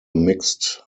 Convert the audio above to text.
mixed